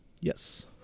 yes